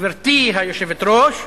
גברתי היושבת-ראש,